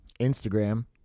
Instagram